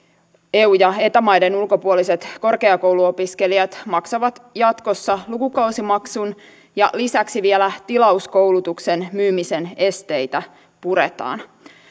eu ja eta maiden ulkopuoliset korkeakouluopiskelijat maksavat jatkossa lukukausimaksun ja lisäksi vielä tilauskoulutuksen myymisen esteitä puretaan